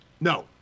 No